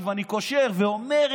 דרך אגב,